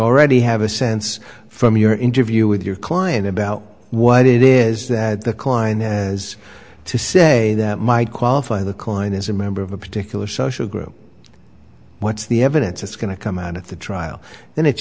already have a sense from your interview with your client about what it is that the client has to say that might qualify the coin as a member of a particular social group what's the evidence that's going to come out at the trial then it's